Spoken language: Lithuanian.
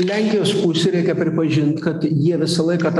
lenkijos pusė reikia pripažint kad jie visą laiką tą